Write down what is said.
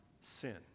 sin